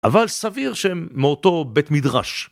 אבל סביר שהם מאותו בית מדרש.